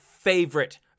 favorite